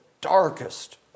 darkest